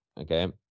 Okay